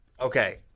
Okay